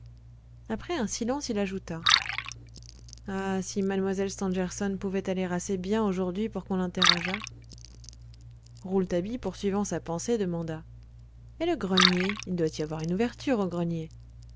après un silence il ajouta ah si mlle stangerson pouvait aller assez bien aujourd'hui pour qu'on l'interrogeât rouletabille poursuivant sa pensée demanda et le grenier il doit y avoir une ouverture au grenier